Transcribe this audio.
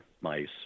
mice